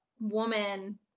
woman